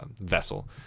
vessel